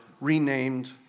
renamed